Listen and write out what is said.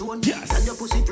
Yes